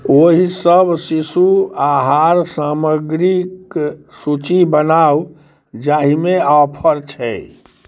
ओहिसब शिशु आहार सामग्रीके सूची बनाउ जाहिमे ऑफर छै